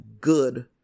good